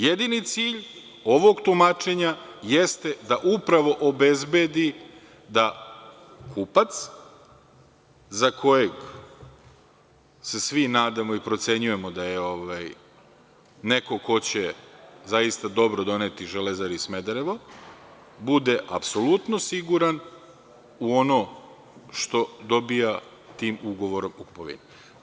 Jedini cilj ovog tumačenja jeste da upravo obezbedi da kupac za kojeg se svi nadamo i procenjujemo da je neko ko će zaista dobro doneti „Železari „Smederevo bude apsolutno siguran u ono što dobija tim ugovorom o kupovini.